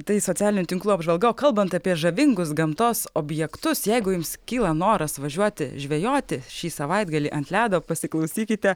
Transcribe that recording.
tai socialinių tinklų apžvalga o kalbant apie žavingus gamtos objektus jeigu jums kyla noras važiuoti žvejoti šį savaitgalį ant ledo pasiklausykite